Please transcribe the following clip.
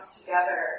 together